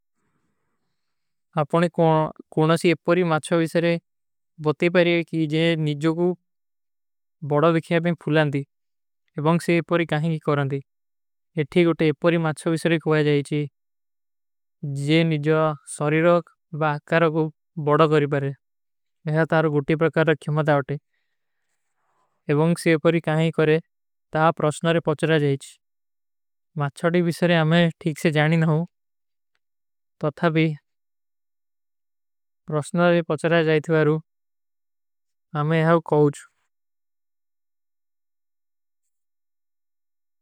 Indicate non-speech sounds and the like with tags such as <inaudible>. ଆପନେ କୋନାସୀ ଏପରୀ ମାଚ୍ଛା ଵିଶରେ ବତେ ପାରେ କି ଜେ ନିଜଵ କୋ <hesitation> ବଡା ଦିଖିଯା ବେଂ ଫୁଲାଂଦୀ ଏବଂଗ ସେ ଏପରୀ କାହିଂଗୀ କରାଂଦୀ। ଯେ ଠୀକ ଓଟେ ଏପରୀ ମାଚ୍ଛା ଵିଶରେ କୋଈ ଜାଈଚୀ <hesitation> ଜେ ନିଜଵା ସରୀ ରଖ ବାକାର କୋ ବଡା କରୀ ବାରେ। ଯହାଁ ତାରେ ଗୁଟୀ ପରକାର କ୍ଯୋଂ ମେଂ ଦାଵତେ। ଏବଂଗ ସେ ଏପରୀ କାହିଂଗୀ କରେଂ ତା ପ୍ରସ୍ଣାରେ ପଚରା ଜାଈଚୀ। ମାଚ୍ଛା ଵିଶରେ ଆମେଂ ଠୀକ ସେ ଜାନୀ ନହୂଂ। ତଥାଭୀ <hesitation> ପ୍ରସ୍ଣାରେ ପଚରା ଜାଯତୀ ବାରୁ ଆମେଂ ଯହାଁ କୋଁଚୁ।